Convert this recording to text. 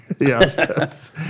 Yes